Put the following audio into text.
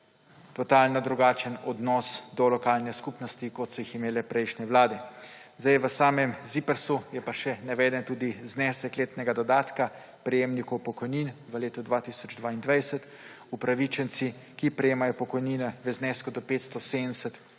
totalno drugačen odnos do lokalne skupnosti, kot so ga imele prejšnje vlade. V samem ZIPRS je pa naveden še znesek letnega dodatka prejemnikov pokojnin v letu 2022. Upravičenci, ki prejemajo pokojnine v znesku do 570 evrov,